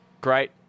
great